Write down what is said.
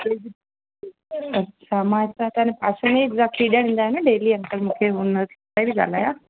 अच्छा मां हितां तव्हांजे पासे में ई खीर ॾिअणु ईंदा आहियो न डेली अंकल मूंखे मां उतां थी ॻाल्हायां